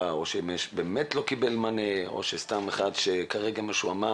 או שבאמת לא קיבל מענה או שסתם אחד שכרגע משועמם,